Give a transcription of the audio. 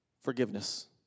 forgiveness